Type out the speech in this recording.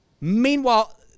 meanwhile